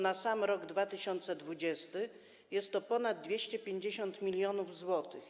Na sam rok 2020, jest to ponad 250 mln zł.